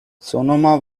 sonoma